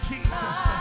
Jesus